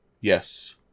Yes